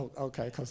Okay